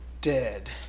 dead